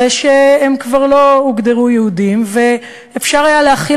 הרי שהם כבר לא היו מוגדרים יהודים ואפשר היה להכיל